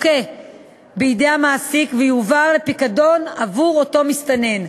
בידי המעסיק ויועברו לפיקדון עבור אותו מסתנן.